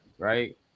Right